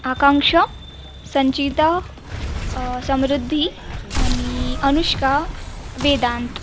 आकांक्षा संचिता समृद्धी आणि अनुष्का वेदांत